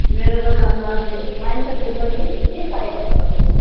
मेरो दोकानमा जे पाइन्छ जे पनि के चाहिएको छ तपाईँलाई